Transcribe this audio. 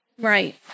Right